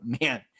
man